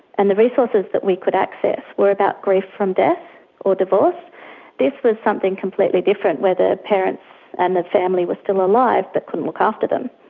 and the resources that we could access were about grief from death or divorce this was something completely different, where the parents and the family were still alive but couldn't look after them.